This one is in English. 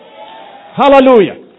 Hallelujah